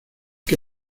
que